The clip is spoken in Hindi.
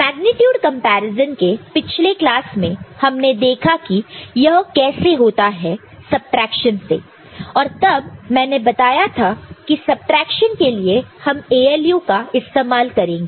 मेग्नीट्यूड कंपैरिजन के पिछले क्लास में हमने देखा है कि यह कैसे होता है सबट्रैक्शन से और तब मैंने बताया था कि सबट्रैक्शन के लिए हम ALU का इस्तेमाल करेंगे